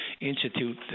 Institute